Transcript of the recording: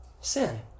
Sin